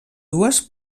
dues